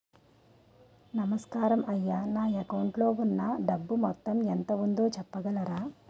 నమస్కారం అయ్యా నా అకౌంట్ లో ఉన్నా డబ్బు మొత్తం ఎంత ఉందో చెప్పగలరా?